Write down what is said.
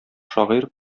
шагыйрь